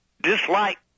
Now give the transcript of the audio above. dislike